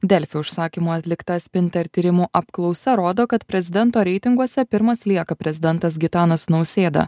delfi užsakymu atlikta spinter tyrimų apklausa rodo kad prezidento reitinguose pirmas lieka prezidentas gitanas nausėda